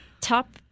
top